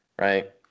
Right